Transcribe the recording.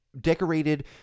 decorated